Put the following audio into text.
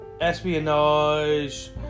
Espionage